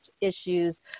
issues